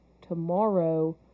tomorrow